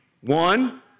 one